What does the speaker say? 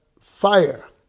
fire